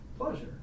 pleasure